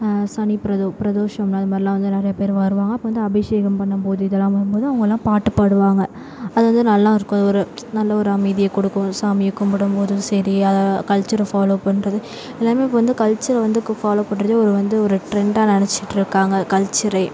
சனி பிரதோ பிரதோஷம் அது மாதிரிலாம் வந்து நிறைய பேர் வருவாங்க அப்போ வந்து அபிஷேகம் பண்ணம்போது இதெலாம் வரும் போது அவங்கள்லாம் பாட்டு பாடுவாங்க அது வந்து நல்லா இருக்கும் அது ஒரு நல்ல ஒரு அமைதியை கொடுக்கும் சாமியை கும்பிடும் போது சரியா கல்ச்சரை ஃபாலோ பண்ணு்றது எல்லாமே இப்போ வந்து கல்ச்சர வந்து கு ஃபாலோ பண்ணு்றதே ஒரு வந்து ஒரு ட்ரெண்டாக நினச்சிட்டு இருக்காங்க கல்ச்சர